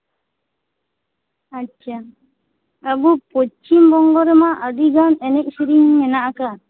ᱟᱪᱪᱷᱟ ᱟᱵᱚ ᱯᱚᱥᱪᱤᱢ ᱵᱚᱝᱜᱚ ᱨᱮᱢᱟ ᱟᱹᱰᱤᱜᱟᱱ ᱮᱱᱮᱡ ᱥᱮᱨᱮᱧ ᱢᱮᱱᱟᱜ ᱟᱠᱟᱫᱼᱟ